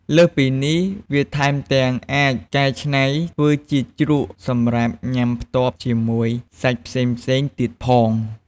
លើសពីនេះ វាថែមទាំងអាចកែច្នៃធ្វើជាជ្រក់សម្រាប់ញ៉ាំផ្ទាប់ជាមួយសាច់ផ្សេងៗទៀតផង។